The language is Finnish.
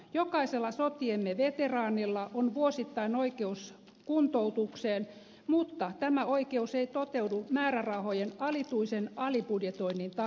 jokaisella sotiemme veteraanilla on vuosittain oikeus kuntoutukseen mutta tämä oikeus ei toteudu määrärahojen alituisen alibudjetoinnin takia